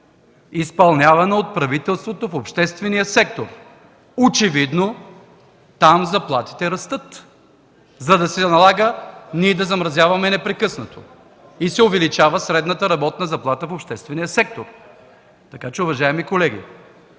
изпълнявана от правителството в обществения сектор. Очевидно там заплатите растат, за да се налага ние да замразяваме непрекъснато, и се увеличава средната работна заплата в обществения сектор. (Реплика от